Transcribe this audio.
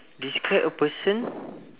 describe a person